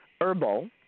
herbal